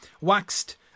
waxed